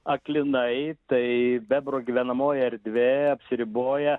aklinai tai bebro gyvenamoji erdvė apsiriboja